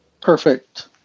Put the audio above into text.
perfect